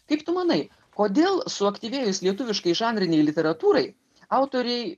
kaip tu manai kodėl suaktyvėjus lietuviškai žanrinei literatūrai autoriai